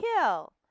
kill